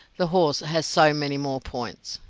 the horse has so many more points.